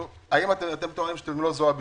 אתם טוענים שאתם לא זרוע ביצועית.